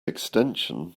extension